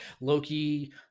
Loki